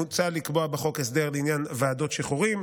מוצע לקבוע בחוק הסדר לעניין ועדות שחרורים,